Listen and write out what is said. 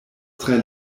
tre